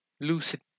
Lucid